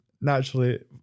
naturally